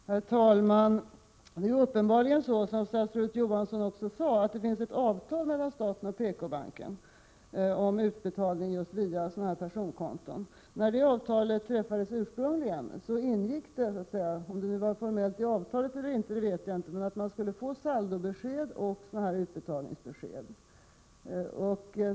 Herr talman! Det är uppenbarligen så, som statsrådet Johansson också sade, att det finns ett avtal mellan staten och PK-banken om utbetalning just via sådana här personkonton. När det avtalet ursprungligen träffades ingick — huruvida det formellt angavs i avtalet eller inte vet jag inte — att man skulle få saldobesked och utbetalningsbesked.